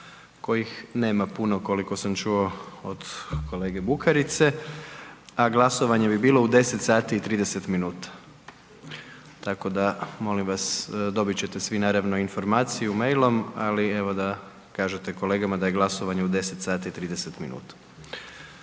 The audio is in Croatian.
kojih nema puno koliko sam čuo od kolege Bukarice a glasovanje bi bilo u 10,30 minuta. Tako da, molim vas, dobiti ćete svi naravno informaciju mailom ali evo da kažete kolegama da je glasovanje u 10,30 minuta.